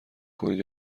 کنید